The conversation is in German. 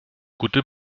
gute